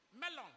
melon